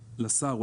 לשר.